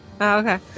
Okay